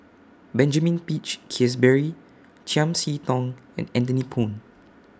Benjamin Peach Keasberry Chiam See Tong and Anthony Poon